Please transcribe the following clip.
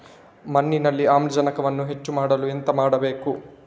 ಮಣ್ಣಿನಲ್ಲಿ ಆಮ್ಲಜನಕವನ್ನು ಹೆಚ್ಚು ಮಾಡಲು ಎಂತ ಮಾಡಬೇಕು?